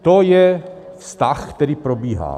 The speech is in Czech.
To je stav, který probíhá.